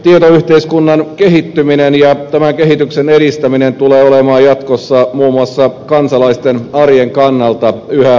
tietoyhteiskunnan kehittyminen ja tämän kehityksen edistäminen tulee olemaan jatkossa muun muassa kansalaisten arjen kannalta yhä tärkeämpää